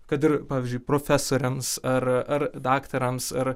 kad ir pavyzdžiui profesoriams ar ar daktarams ar